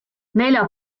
nelja